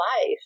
life